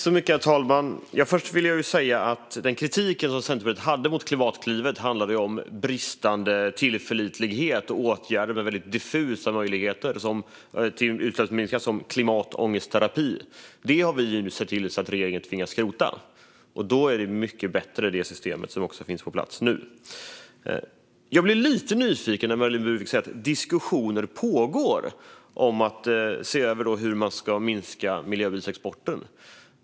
Herr talman! Först vill jag säga att den kritik som Centerpartiet hade mot Klimatklivet handlade om bristande tillförlitlighet och åtgärder med väldigt diffusa möjligheter, som klimatångestterapi. Det har vi nu sett till att regeringen har tvingats skrota. Då är det system som nu finns på plats mycket bättre. Jag blir lite nyfiken när Marlene Burwick säger att diskussioner pågår om att se över hur man ska minska miljöbilsexporten.